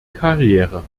karriere